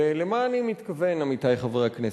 ולמה אני מתכוון, עמיתי חברי הכנסת?